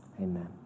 Amen